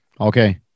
Okay